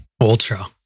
Ultra